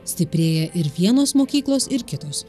stiprėja ir vienos mokyklos ir kitos